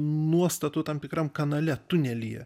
nuostatų tam tikram kanale tunelyje